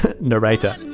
Narrator